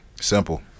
simple